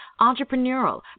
entrepreneurial